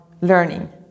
learning